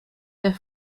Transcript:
der